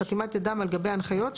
בחתימת ידם על גבי ההנחיות,